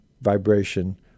vibration